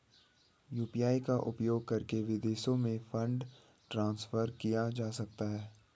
UPI का उपयोग करके विदेशों में फंड ट्रांसफर किया जा सकता है?